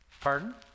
Pardon